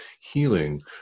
healing